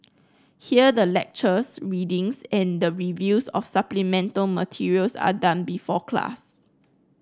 here the lectures readings and the reviews of supplemental materials are done before class